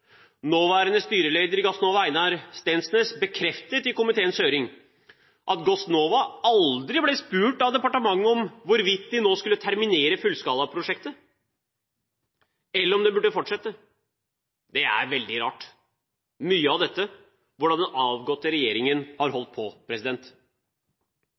Nåværende styreleder i Gassnova, Einar Steensnæs, bekreftet i komiteens høring at Gassnova aldri ble spurt av departementet om hvorvidt de nå skulle terminere fullskalaprosjektet, eller om det burde fortsette. Det er veldig rart, mye av dette, hvordan den avgåtte regjeringen har